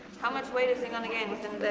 how much weight is he gonna gain within